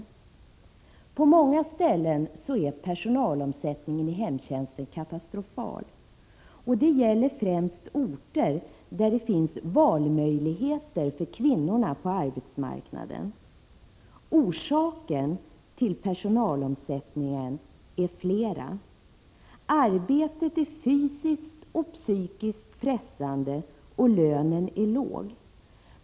På många ställen är personalomsättningen i hemtjänsten katastrofal. Det gäller främst på orter där det finns valmöjligheter för kvinnorna på arbetsmarknaden. Orsakerna till personalomsättningen är flera. Arbetet är fysiskt och psykiskt pressande, och lönen är låg.